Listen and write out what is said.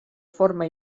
forma